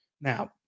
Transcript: Now